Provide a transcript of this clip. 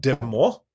Demo